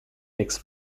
mix